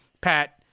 Pat